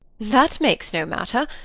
that makes no matter.